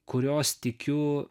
kurios tikiu